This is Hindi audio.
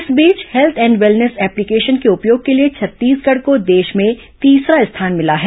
इस बीच हेल्थ एंड वेलनेस एप्लीकेशन के उपयोग के लिए छत्तीसगढ़ को देश में तीसरा स्थान मिला है